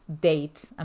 date